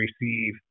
receive